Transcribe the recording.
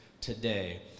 today